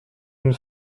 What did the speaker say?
une